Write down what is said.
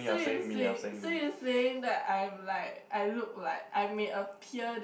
so you say so you saying that I'm like I look like I may appear